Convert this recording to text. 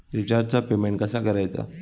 रिचार्जचा पेमेंट कसा करायचा?